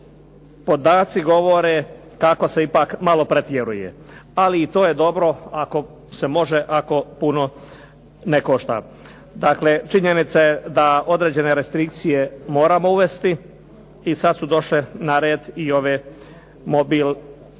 podaci govore kako se ipak malo pretjeruje. Ali i to je dobro ako se može, ako puno ne košta. Dakle, činjenica je da određene restrikcije moramo uvesti i sad su došle na red upotreba mobilnih